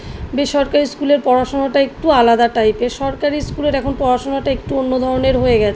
বেসরকারি স্কুলের পড়াশোনাটা একটু আলাদা টাইপের সরকারি স্কুলের এখন পড়াশোনাটা একটু অন্য ধরনের হয়ে গেছে